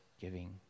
giving